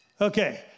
Okay